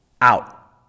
out